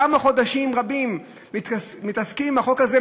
כבר חודשים רבים מתעסקים עם החוק הזה.